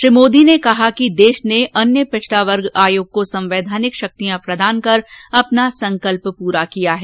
श्री मोदी ने कहा कि देश ने अन्य पिछड़ा वर्ग आयोग को संवैधानिक शक्तियां प्रदान कर अपना संकल्प पूरा किया है